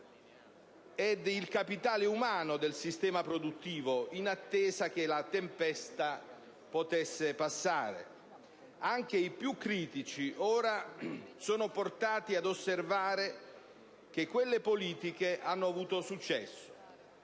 e il capitale umano del sistema produttivo, in attesa che la tempesta potesse passare. Anche i più critici ora sono portati ad osservare che quelle politiche hanno avuto successo.